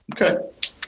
Okay